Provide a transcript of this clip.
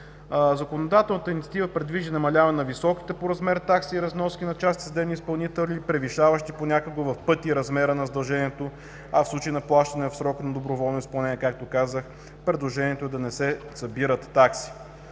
Законодателната инициатива предвижда намаляване на високите по размер такси и разноски на частните съдебни изпълнители, превишаващи понякога в пъти размера на задължението, а в случай на плащане в срок на доброволно изпълнение, както казах, предложението е да не събират такси.